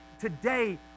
today